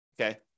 okay